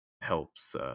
helps